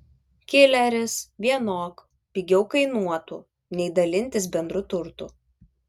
kileris vienok pigiau kainuotų nei dalintis bendru turtu